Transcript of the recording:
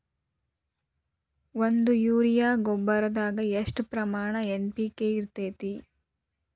ಒಂದು ಯೂರಿಯಾ ಗೊಬ್ಬರದಾಗ್ ಎಷ್ಟ ಪ್ರಮಾಣ ಎನ್.ಪಿ.ಕೆ ಇರತೇತಿ?